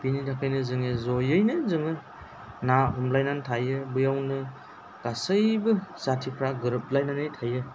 बेनि थाखायनो जोङो ज'यैनो जोङो ना हमलायनानै थायो बेवनो गासैबो जाथिफ्रा गोरोब लायनानै थायो